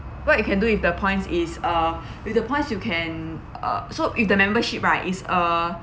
what you can do is the points is uh with the points you can uh so if the membership right is a